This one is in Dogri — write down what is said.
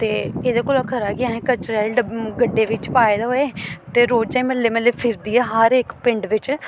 ते एह्दे कोला खरा कि असें कचरे आह्ली गड्डी बिच्च पाए दा होऐ ते रोजें म्हल्ले म्हल्ले फिरदी ऐ हर इक पिंड बिच्च